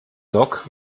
dock